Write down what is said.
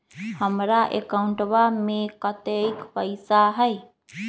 हमार अकाउंटवा में कतेइक पैसा हई?